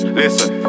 listen